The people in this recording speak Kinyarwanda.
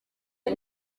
iyo